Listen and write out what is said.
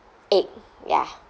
egg ya